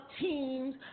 teams